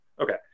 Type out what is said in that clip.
Okay